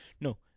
No